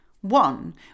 One